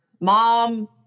mom